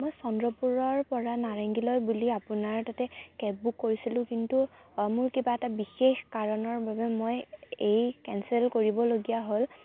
মই চন্দ্ৰপুৰৰ পৰা নাৰেঙ্গীলৈ বুলি আপোনাৰ তাতে কেব বুক কৰিছিলোঁ কিন্তু মোৰ কিবা এটা বিশেষ কাৰণৰ বাবে মই এই কেনচেল কৰিবলগীয়া হ'ল